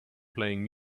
playing